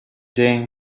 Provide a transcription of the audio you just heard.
then